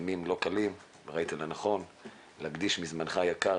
ימים לא קלים, ראית לנכון להקדיש מזמנך היקר.